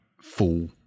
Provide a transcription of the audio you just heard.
full